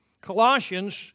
Colossians